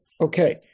Okay